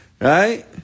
Right